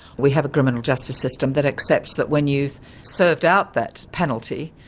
we have a criminal justice system that accepts that when you've served out that penalty,